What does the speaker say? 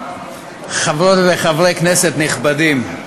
חברות וחברי כנסת נכבדים,